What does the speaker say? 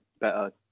better